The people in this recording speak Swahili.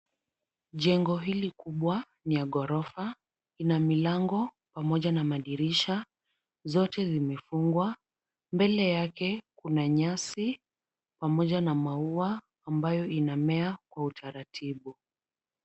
Jengo hili kubwa ni ya ghorofa, lina milango pamoja na madirisha zote zimefungwa, mbele yake kuna nyasi pamoja na maua ambayo inamea kwa utaratibu.